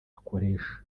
akoresha